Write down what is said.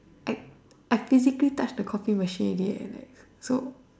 I I physically touch the Coffee machine already eh like so